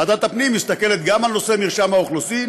ועדת הפנים מסתכלת גם על נושא מרשם האוכלוסין,